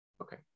Okay